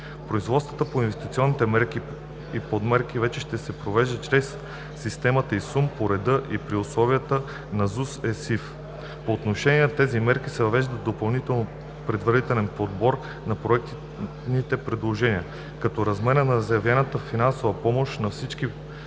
Производствата по инвестиционните мерки и подмерки вече ще се провеждат чрез системата ИСУН по реда и при условията на ЗУСЕСИФ. По отношение на тези мерки се въвежда допълнителен предварителен подбор на проектните предложения, когато размерът на заявената финансова помощ на всички подадени